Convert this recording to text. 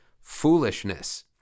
foolishness